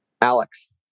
Alex